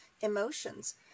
emotions